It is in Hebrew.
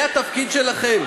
זה התפקיד שלכם?